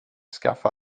skaffa